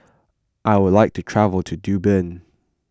I would like to travel to Dublin